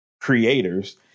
creators